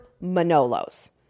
Manolo's